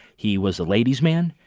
he was a ladies man.